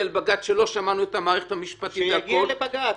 לבג"ץ שלא שמענו את המערכת המשפטית -- שיגיע לבג"ץ,